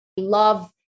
Love